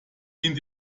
dient